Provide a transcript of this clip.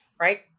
right